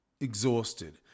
exhausted